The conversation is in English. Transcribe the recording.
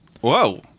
Whoa